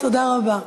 תודה רבה.